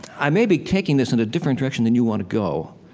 i may be taking this in a different direction than you want to go,